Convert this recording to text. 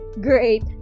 great